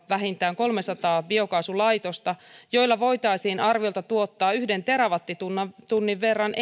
vähintään kolmesataa biokaasulaitosta joilla voitaisiin tuottaa energiaa arviolta yhden terawattitunnin verran